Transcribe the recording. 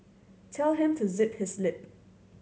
tell him to zip his lip